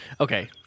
Okay